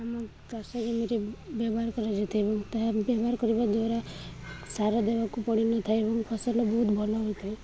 ଆମ ଚାଷ ଜମିରେ ବ୍ୟବହାର କରାଯାଇଥାଏ ଏବଂ ତାହା ବ୍ୟବହାର କରିବା ଦ୍ୱାରା ସାର ଦେବାକୁ ପଡ଼ିନଥାଏ ଏବଂ ଫସଲ ବହୁତ ଭଲ ହୋଇଥାଏ